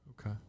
Okay